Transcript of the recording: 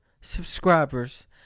subscribers